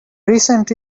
recent